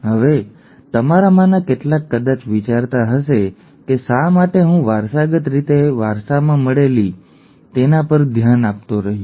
હવે તમારામાંના કેટલાક કદાચ વિચારતા હશે કે શા માટે હું વારસાગત રીતે વારસામાં મળેલી ઠીક છે તેના પર ધ્યાન આપતો રહ્યો